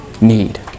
need